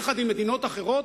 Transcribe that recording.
יחד עם מדינות אחרות,